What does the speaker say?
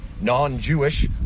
non-Jewish